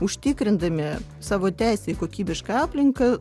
užtikrindami savo teisę į kokybišką aplinką